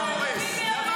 תודה רבה.